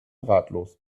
ratlos